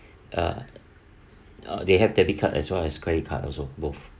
uh they have debit card as well as credit card also both